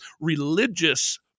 religious